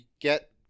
get